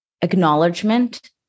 acknowledgement